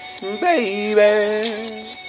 Baby